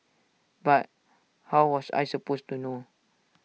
but how was I supposed to know